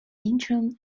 incheon